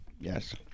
yes